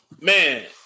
man